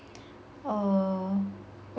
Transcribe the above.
err